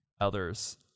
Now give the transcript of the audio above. others